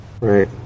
Right